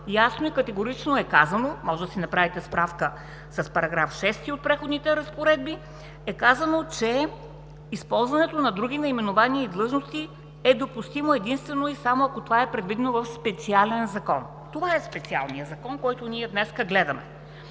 ясно и категорично е казано – можете да си направите справка с § 6 от Преходните разпоредби, че използването на други наименования и длъжности е допустимо единствено и само ако това е предвидено в специален закон, а това е специалният закон, който ние днес гледаме.